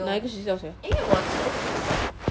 哪个学校 sia